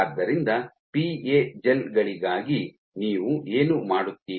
ಆದ್ದರಿಂದ PA gel ಗಳಿಗಾಗಿ ನೀವು ಏನು ಮಾಡುತ್ತೀರಿ